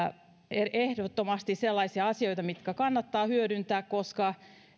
ehdottomasti sellaisia asioita mitkä kannattaa hyödyntää koska